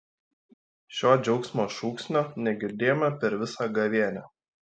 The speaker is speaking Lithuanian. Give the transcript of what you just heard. šio džiaugsmo šūksnio negirdėjome per visą gavėnią